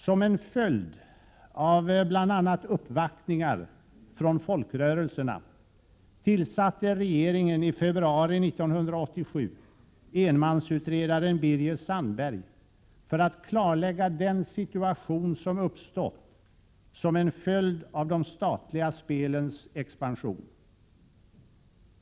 Som en följd av bl.a. uppvaktningar från folkrörelserna tillsatte regeringen i februari 1987 enmansutredaren Birger Sandberg för att klarlägga den situation som uppstått genom de statliga spelens expansion.